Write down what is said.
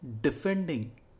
defending